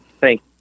Thank